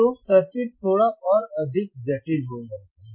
तो सर्किट थोड़ा और अधिक जटिल हो जाता है